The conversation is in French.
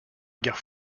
guerre